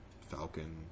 Falcon